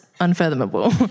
unfathomable